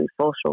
social